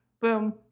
Boom